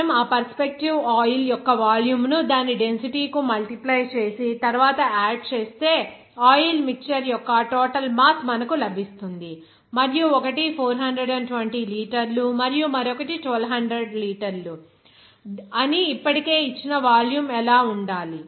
మనము ఆ perspective oil యొక్క వాల్యూమ్ను దాని డెన్సిటీ కు మల్టిప్లై చేసి తరువాత ఆడ్ చేస్తే ఆయిల్ మిక్చర్ యొక్క టోటల్ మాస్ మనకు లభిస్తుంది మరియు ఒకటి 420 లీటర్లు మరియు మరొకటి 1200 లీటర్లు అని ఇప్పటికే ఇచ్చిన వాల్యూమ్ ఎలా ఉండాలి